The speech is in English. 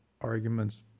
arguments